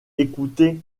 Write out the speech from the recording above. écoutez